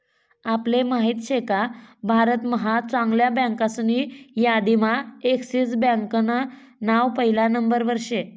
आपले माहित शेका भारत महा चांगल्या बँकासनी यादीम्हा एक्सिस बँकान नाव पहिला नंबरवर शे